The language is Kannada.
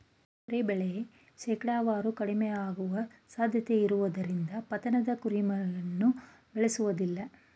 ಕುರಿಮರಿ ಬೆಳೆ ಶೇಕಡಾವಾರು ಕಡಿಮೆಯಾಗುವ ಸಾಧ್ಯತೆಯಿರುವುದರಿಂದ ಪತನದ ಕುರಿಮರಿಯನ್ನು ಬೇಳೆಸೋದಿಲ್ಲ